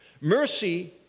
Mercy